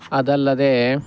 ಅದಲ್ಲದೇ